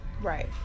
right